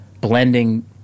blending